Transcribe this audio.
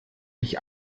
ich